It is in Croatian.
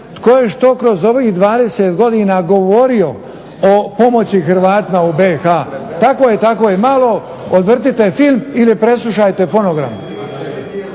tko je što kroz ovih 20 godina govorio o pomoći Hrvatima u BiH tako je malo odvrtite film ili malo poslušajte fonogram.